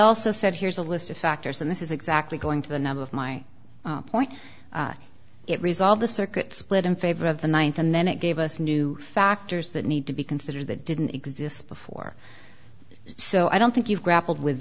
also said here's a list of factors and this is exactly going to the nub of my point it resolved the circuit split in favor of the ninth and then it gave us new factors that need to be considered that didn't exist before so i don't think you've